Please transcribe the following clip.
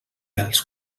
als